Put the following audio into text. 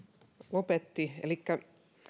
lopetti elikkä